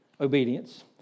obedience